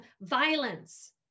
violence